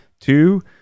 two